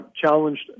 challenged